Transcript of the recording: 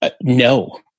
no